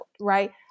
right